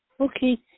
Okay